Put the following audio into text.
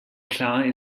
klar